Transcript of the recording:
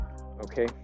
okay